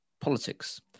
politics